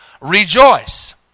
rejoice